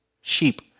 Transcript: Sheep